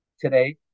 today